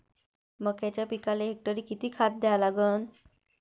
मक्याच्या पिकाले हेक्टरी किती खात द्या लागन?